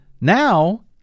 Now